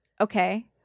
okay